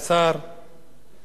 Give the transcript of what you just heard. רבותי חברי הכנסת,